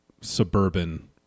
suburban